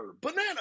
banana